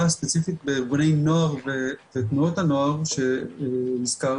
הספציפית בארגוני נוער ותנועות הנוער שהזכרנו,